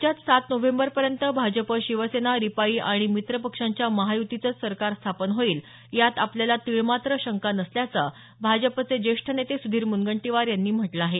राज्यात सात नोव्हेंबरपर्यंत भाजप शिवसेना रिपाई आणि मित्र पक्षांच्या महाय्तीचंच सरकार स्थापन होईल यात आपल्याला तीळमात्र शंका नसल्याचं भाजपचे ज्येष्ठ नेते सुधीर मुनगंटीवार यांनी म्हटलं आहे